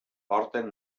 porten